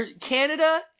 Canada